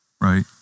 right